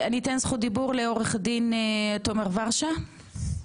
הדיבור לעורך הדין, תומר ורשה.